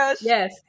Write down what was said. yes